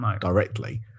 directly